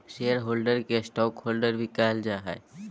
share holder के stockholder भी कहल जा हइ